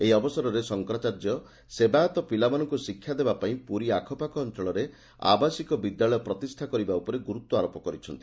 ଏହି ଅବସରରେ ଶଙ୍କରାଚାର୍ଯ୍ୟ ସେବାୟତ ପିଲାମାନଙ୍କୁ ଶିକ୍ଷା ଦେବା ପାଇଁ ପୁରୀ ଆଖପାଖ ଅଞ୍ଞଳରେ ଆବାସିକ ବିଦ୍ୟାଳୟ ପ୍ରତିଷା କରିବା ଉପରେ ଗୁର୍ତ୍ୱାରୋପ କରିଛନ୍ତି